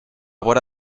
vora